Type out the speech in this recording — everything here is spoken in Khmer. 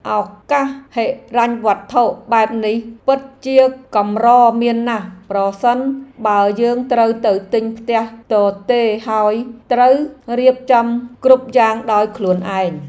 ឱកាសហិរញ្ញវត្ថុបែបនេះពិតជាកម្រមានណាស់ប្រសិនបើយើងត្រូវទៅទិញផ្ទះទទេរហើយត្រូវរៀបចំគ្រប់យ៉ាងដោយខ្លួនឯង។